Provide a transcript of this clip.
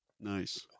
nice